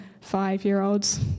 five-year-olds